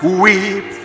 weep